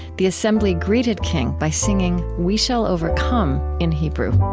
the assembly greeted king by singing we shall overcome in hebrew